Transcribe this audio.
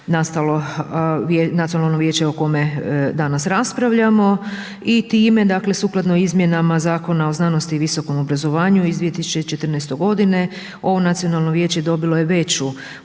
nastalo nacionalno vijeće o kome danas raspravljamo i time dakle sukladno izmjenama Zakona o znanosti i visokom obrazovanju iz 2014.g. ovo nacionalno vijeće dobilo je veću